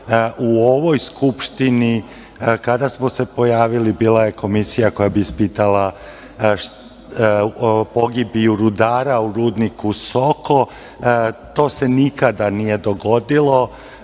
u ovom Skupštini kada smo se pojavili bila je komisija koja bi ispitala pogibiju rudara u rudniku Soko. To se nikada nije dogodilo.